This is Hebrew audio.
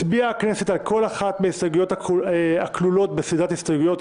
לדיון בהנמקת ההסתייגויות יוקדשו 4 שעות להנמקת ההסתייגויות.